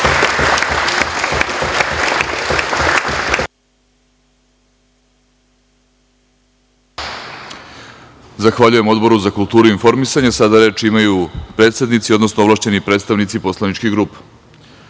Zahvaljujem Odboru za kulturu i informisanje. Sada reč imaju predsednici, odnosno ovlašćeni predstavnici poslaničkih grupa. Reč